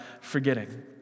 forgetting